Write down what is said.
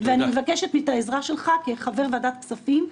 ואני מבקשת את העזרה שלך כחבר ועדת הכספים,